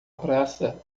praça